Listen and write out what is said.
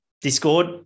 Discord